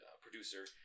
producer